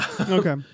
Okay